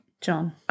John